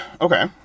Okay